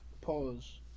Pause